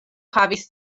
havis